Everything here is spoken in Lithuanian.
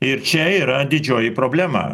ir čia yra didžioji problema